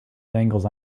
dangles